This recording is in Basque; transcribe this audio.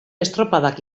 estropadak